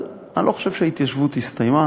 אבל אני לא חושב שההתיישבות הסתיימה,